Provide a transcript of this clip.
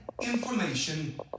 information